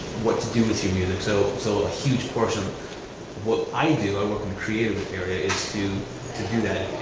what to do with your music. so so a huge portion of what i do, i work in the creative area is to to do that. if